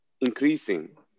increasing